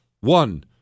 One